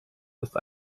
ist